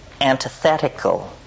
antithetical